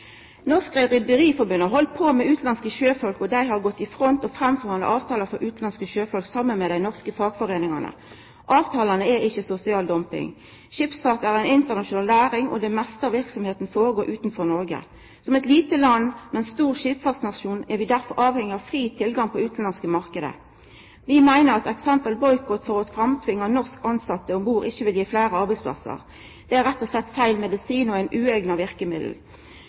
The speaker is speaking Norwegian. Rederiforbund har halde på med utanlandske sjøfolk, og dei har gått i front og framforhandla avtalar for utanlandske sjøfolk saman med dei norske fagforeiningane. Avtalane er ikkje sosial dumping. Skipsfart er ein internasjonal næring, og det meste av verksemda går føre seg utanfor Noreg. Som eit lite land, men ein stor skipsfartsnasjon er vi derfor avhengige av fri tilgang til utanlandske marknader. Vi meiner at f.eks. boikott for å tvinga fram norske tilsette om bord ikkje vil gi fleire arbeidsplassar. Det er rett og slett feil medisin og eit ueigna verkemiddel.